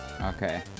Okay